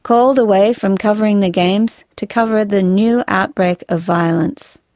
called away from covering the games to cover the new outbreak of violence.